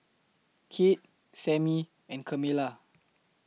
Kate Sammie and Kamila